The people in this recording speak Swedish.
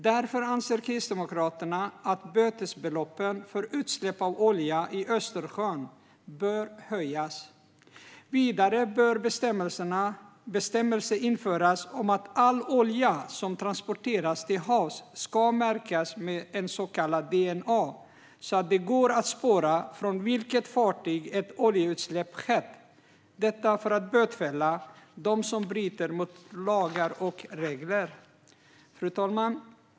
Därför anser Kristdemokraterna att bötesbeloppen för utsläpp av olja i Östersjön bör höjas. Vidare bör en bestämmelse införas om att all olja som transporteras till havs ska märkas med DNA, så att det går att spåra från vilket fartyg ett oljeutsläpp skett, detta för att bötfälla de som bryter mot lagar och regler. Fru talman!